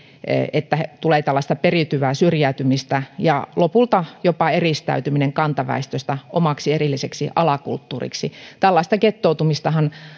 että tulee tällaista periytyvää syrjäytymistä ja lopulta jopa eristäytyminen kantaväestöstä omaksi erilliseksi alakulttuuriksi tällaista gettoutumistahan